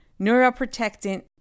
neuroprotectant